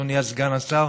אדוני סגן השר,